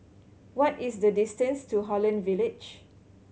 what is the distance to Holland Village